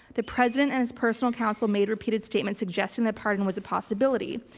the president and his personal counsel made repeated statements suggesting the pardon was a possibility.